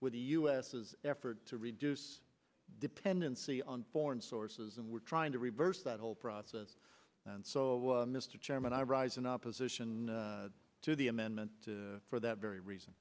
with the u s is effort to reduce dependency on foreign sources and we're trying to reverse that whole process and so mr chairman i rise in opposition to the amendment for that very reason